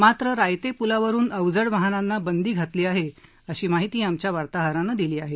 मात्र रायते प्लावरून अवजड वाहनांना बंदी घातली आहे अशी माहिती आमच्या वार्ताहरानं दिली आहे